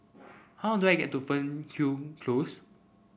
how do I get to Fernhill Close